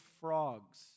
frogs